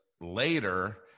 later